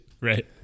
right